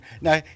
Now